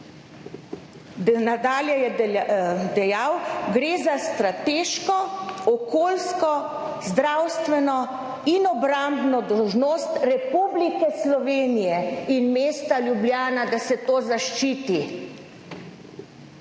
nadalje je dejal: »Gre za strateško, okolijsko, zdravstveno in obrambno dolžnost Republike Slovenije in mesta Ljubljana, da se to zaščiti.«